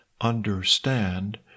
understand